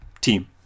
team